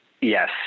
Yes